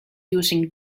using